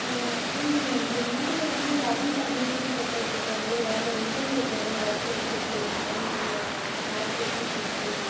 ma'am இது மாதிரி வந்து லெவன்த் அட்மிஷன் சேர்க்கறதுக்கு வந்து எதாவது எண்ட்ரன்ஸ் எக்ஸாம்லாம் ஏதாச்சும் வச்சுருக்கீங்களா மேம் இல்லை மார்க் வச்சு சேர்த்துப்பிங்களா